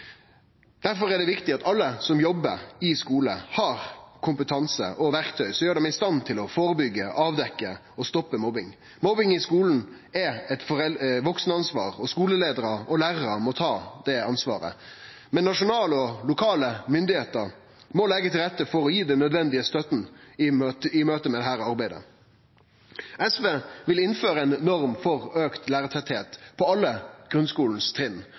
er det viktig at alle som jobbar i skolen, har kompetanse og verktøy som gjer dei i stand til å førebyggje, avdekkje og stoppe mobbing. Mobbing i skolen er eit vaksenansvar, og skoleleiarar og lærarar må ta det ansvaret. Men nasjonale og lokale styresmakter må leggje til rette for å gi den nødvendige støtta i møte med dette arbeidet. SV vil innføre ei norm for auka lærartettleik på alle